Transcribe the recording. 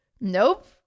Nope